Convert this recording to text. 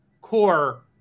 core